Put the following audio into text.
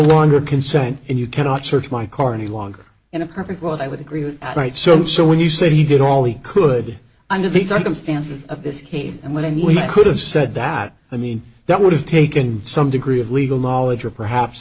longer consent and you cannot search my car any longer in a perfect world i would agree with that right so so when you say he did all he could under the circumstances of this case and when we could have said that i mean that would have taken some degree of legal knowledge or perhaps